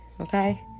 Okay